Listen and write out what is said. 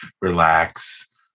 relax